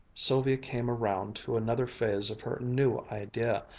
sylvia came around to another phase of her new idea,